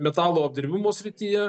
metalo apdirbimo srityje